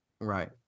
Right